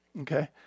Okay